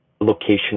location